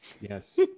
Yes